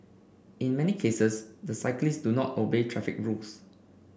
in many cases the cyclists do not obey traffic rules